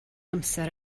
amser